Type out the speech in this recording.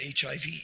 HIV